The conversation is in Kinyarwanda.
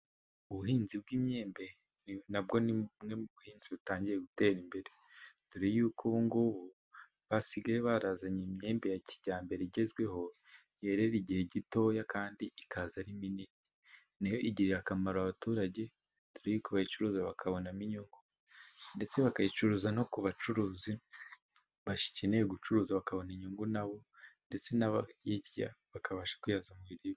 Ubuhinzi bw'imyembe nabwo ni bumwe mu buhinzi butangiye gutera imbere dore y'uko ubu ngubu basigaye barazanye imyembe ya kijyambere igezweho yerera igihe gitoya , kandi ikaza ari minini, nayo igirira akamaro abaturage , dore yuko bayicuruza , bakabonamo inyungu , ndetse bakayicuruza no ku bacuruzi bakeneye gucuruza , bakabona inyungu nabo , ndetse n'abayirya bakabasha kwihaza mu biribwa.